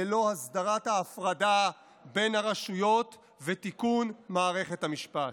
ללא הסדרת ההפרדה בין הרשויות ותיקון מערכת המשפט.